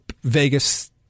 Vegas